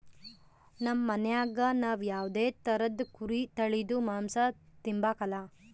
ನಮ್ ಮನ್ಯಾಗ ನಾವ್ ಯಾವ್ದೇ ತರುದ್ ಕುರಿ ತಳೀದು ಮಾಂಸ ತಿಂಬಕಲ